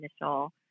initial